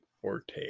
Forte